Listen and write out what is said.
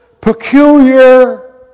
peculiar